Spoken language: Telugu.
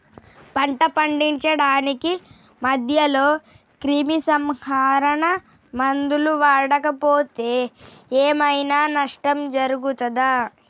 పంట పండించడానికి మధ్యలో క్రిమిసంహరక మందులు వాడకపోతే ఏం ఐనా నష్టం జరుగుతదా?